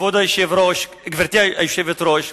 גברתי היושבת-ראש,